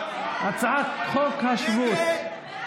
הצעת חוק השבות.